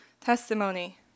testimony